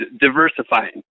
diversifying